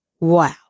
Wow